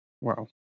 Wow